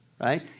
right